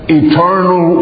eternal